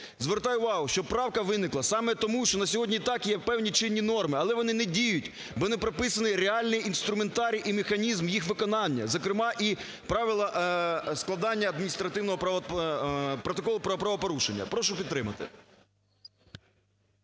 Звертаю увагу, що правка виникла саме тому, що на сьогодні й так є певні чинні норми, але вони не діють, бо не прописаний реальний інструментарій і механізм їх виконання, зокрема і правила складання адміністративного протоколу про правопорушення. Прошу підтримати.